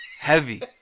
Heavy